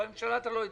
בממשלה אתה לא יודע.